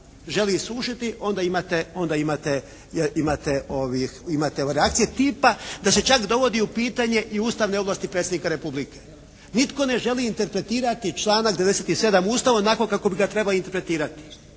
želi isušiti onda imate ove reakcije tipa da se čak dovodi u pitanje i ustavne ovlasti Predsjednika Republike. Nitko ne želi interpretirati članak 97. Ustava onako kako bi ga trebao interpretirati.